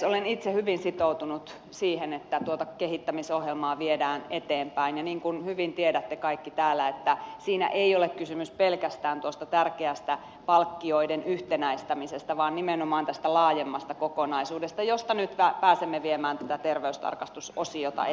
olen itse hyvin sitoutunut siihen että tuota kehittämisohjelmaa viedään eteenpäin ja niin kuin hyvin tiedätte kaikki täällä siinä ei ole kysymys pelkästään tuosta tärkeästä palkkioiden yhtenäistämisestä vaan nimenomaan tästä laajemmasta kokonaisuudesta josta nyt pääsemme viemään tätä terveystarkastusosiota eteenpäin